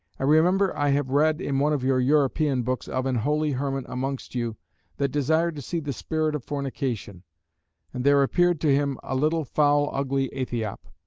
i remember i have read in one of your european books, of an holy hermit amongst you that desired to see the spirit of fornication and there appeared to him a little foul ugly aethiop.